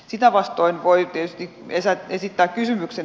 sitä vastoin voi tietysti esittää kysymyksen